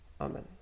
Amen